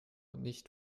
nicht